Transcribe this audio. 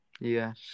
Yes